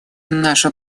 наше